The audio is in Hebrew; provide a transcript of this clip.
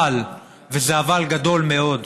אבל, וזה אבל גדול מאוד,